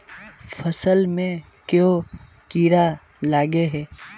फसल में क्याँ कीड़ा लागे है?